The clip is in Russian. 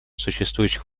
существующих